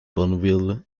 bonneville